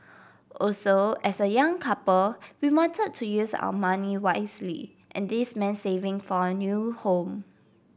also as a young couple we wanted to use our money wisely and this meant saving for a new home